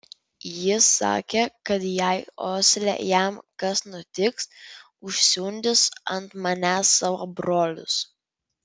jis sakė kad jei osle jam kas nutiks užsiundys ant manęs savo brolius